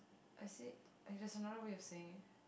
I say like there's another way of saying it